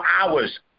hours